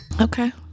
okay